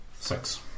Six